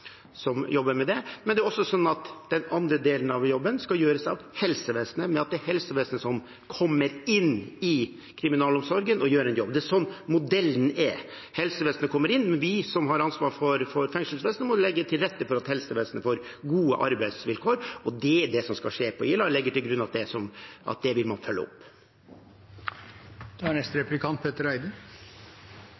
som jobber med det. Det er slik at den andre delen av jobben skal gjøres av helsevesenet, men slik at det er helsevesenet som kommer inn i kriminalomsorgen og gjør en jobb. Det er slik modellen er. Helsevesenet kommer inn, men vi som har ansvaret for fengselsvesenet, må legge til rette for at helsevesenet får gode arbeidsvilkår. Det er det som skal skje på Ila. Jeg legger til grunn at det vil man følge opp. Det kan nok være ganske fortvilende for folk som jobber i kriminalomsorgen, å følge